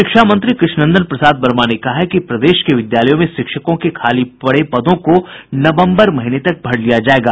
शिक्षा मंत्री कृष्णनंदन प्रसाद वर्मा ने कहा है कि प्रदेश के विद्यालयों में शिक्षकों के खाली पड़े पदों को नवम्बर महीने तक भर लिया जायेगा